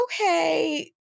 Okay